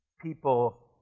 people